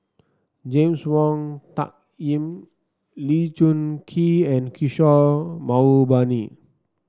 James Wong Tuck Yim Lee Choon Kee and Kishore Mahbubani